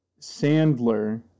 Sandler